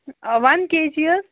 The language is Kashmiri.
وَن کے جی حظ